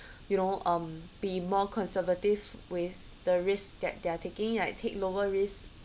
you know um be more conservative with the risk that they're taking like take lower risk